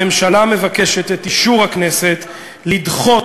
הממשלה מבקשת את אישור הכנסת לדחות